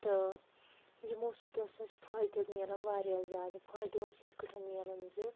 تہٕ یِمو سٕتۍ اوس أسۍ فٲیدٕ میلان وارِیاہ زیادٕ فایدٕ اوس یِتھ کٲٹھۍ میلان زٕ